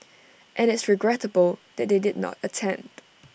and it's regrettable that they did not attend